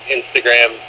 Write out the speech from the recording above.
Instagram